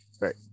right